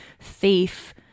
thief